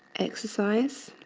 exercise,